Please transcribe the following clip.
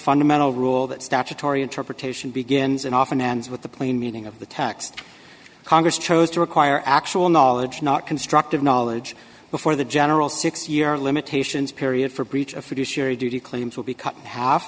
fundamental rule that statutory interpretation begins and often ends with the plain meaning of the text congress chose to require actual knowledge not constructive knowledge before the general six year limitations period for breach of fiduciary duty claims will be cut half